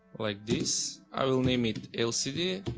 like this. i will name it lcd